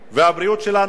והבריאות שלנו,